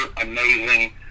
amazing